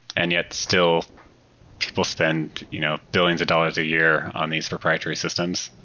and yet still people spend you know billions of dollars a year on these proprietary systems,